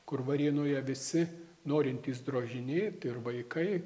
kur varėnoje visi norintys drožinėt ir vaikai